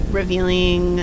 revealing